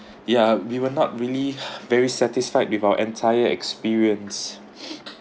ya we will not really very satisfied with our entire experience